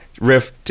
Riff